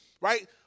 Right